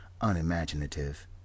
unimaginative